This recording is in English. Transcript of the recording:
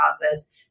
process